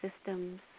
systems